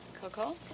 Coco